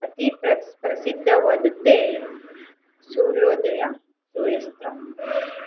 ಅತೀ ಪ್ರಸಿದ್ಧವಾದದ್ದೇ ಸೂರ್ಯೋದಯ ಸೂರ್ಯಾಸ್ತ